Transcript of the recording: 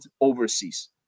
overseas